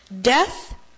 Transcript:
Death